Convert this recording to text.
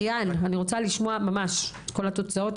ריאן - אני רוצה לשמוע ממש את כל התוצאות,